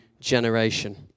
generation